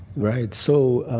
right. so i